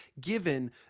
given